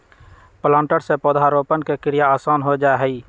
planter से पौधरोपण के क्रिया आसान हो जा हई